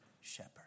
shepherd